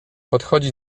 podchodzi